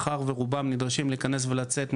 מאחר שרובם נדרשים להיכנס ולצאת,